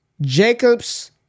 Jacobs